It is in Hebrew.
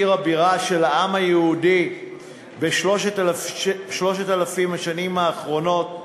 עיר הבירה של העם היהודי ב-3,000 השנים האחרונות,